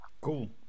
Cool